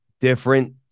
Different